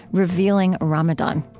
revealing ramadan.